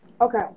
Okay